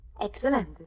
Excellent